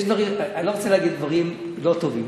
אני לא רוצה להגיד דברים לא טובים,